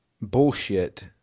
bullshit